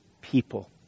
people